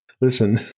Listen